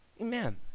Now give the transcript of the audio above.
Amen